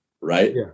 right